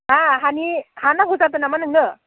मा हानि हा नांगौ जादो नामा नोंनो